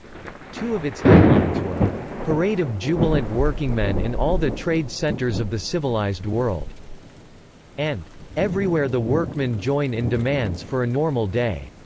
two of its headlines were parade of jubilant workingmen in all the trade centers of the civilized world and everywhere the workmen join in demands for a normal day.